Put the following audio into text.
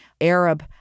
Arab